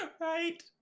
Right